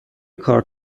کارت